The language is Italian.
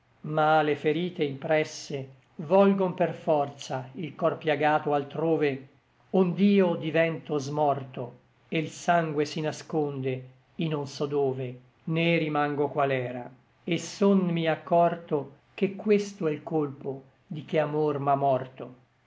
ma le ferite impresse volgon per forza il cor piagato altrove ond'io divento smorto e l sangue si nasconde i non so dove né rimango qual era et sonmi accorto che questo è l colpo di che amor m'à morto